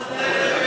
רוצים לסדר את זה